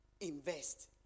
invest